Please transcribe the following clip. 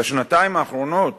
בשנתיים האחרונות